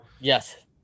Yes